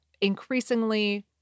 increasingly